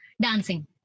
Dancing